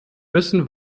müssen